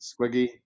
Squiggy